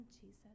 Jesus